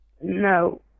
No